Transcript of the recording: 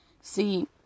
see